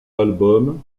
albums